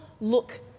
look